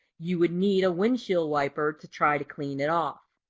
you would need a windshield wiper to try to clean it off.